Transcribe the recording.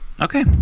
Okay